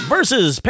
Versus